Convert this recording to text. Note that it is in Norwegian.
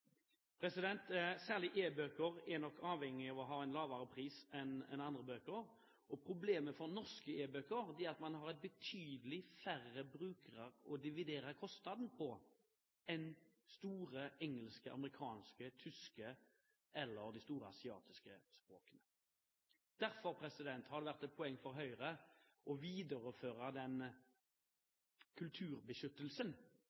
Særlig e-bøker er nok avhengig av å ha en lavere pris enn andre bøker. Problemet for norske e-bøker er at vi har betydelig færre brukere å dividere kostnaden på enn land med brukere som leser engelsk, amerikansk, tysk eller de store asiatiske språkene. Derfor har det vært et poeng for Høyre å videreføre